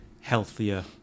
healthier